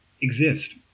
exist